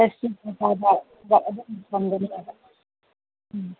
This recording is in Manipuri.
ꯑꯦꯁ ꯁꯤ ꯀꯣꯇꯥꯗ ꯈꯔ ꯑꯗꯨꯝ ꯎꯝ